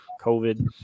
COVID